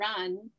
run